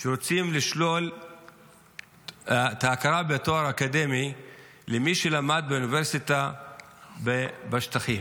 שרוצה לשלול את ההכרה בתואר אקדמי למי שלמד באוניברסיטה בשטחים,